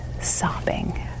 sobbing